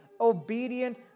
obedient